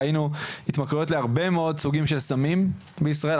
ראינו התמכרויות להרבה מאוד סוגים של סמים בישראל,